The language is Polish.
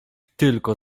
tylko